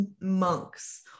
monks